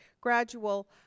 gradual